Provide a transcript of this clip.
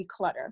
declutter